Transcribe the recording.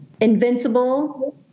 Invincible